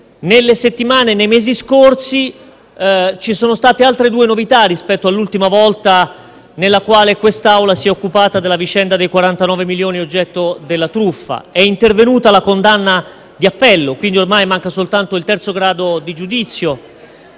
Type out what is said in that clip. Nelle settimane e nei mesi scorsi ci sono state altre due novità rispetto all'ultima volta in cui quest'Assemblea si è occupata della vicenda dei 49 milioni oggetto della truffa. È intervenuta la condanna di appello (ormai manca soltanto il terzo grado di giudizio),